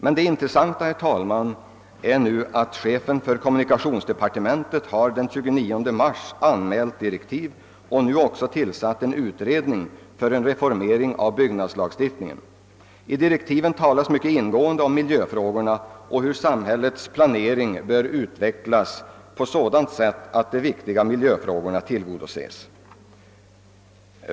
Men det intressanta, herr talman, är att kommunikationsministern den 29 mars anmälde direktiv för en utredning — utredningen har nu också tillsatts — av en reformering av byggnadslagstiftningen. I dessa direktiv talas det mycket ingående om miljöfrågor och om att samhällets planering bör utvecklas på sådant sätt att de viktiga önskemålen beträffande miljöfrågorna tillgodoses.